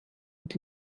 und